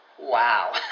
wow